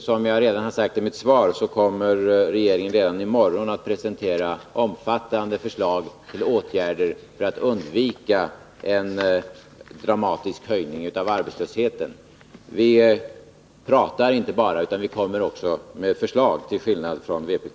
Som jag sade redan i mitt första svar kommer regeringen redan i morgon att presentera omfattande förslag till åtgärder för att undvika en dramatisk höjning av arbetslösheten. Till skillnad från vpk pratar vi inte bara, vi kommer också med förslag.